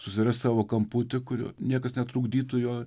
susirast savo kamputį kur niekas netrukdytų jo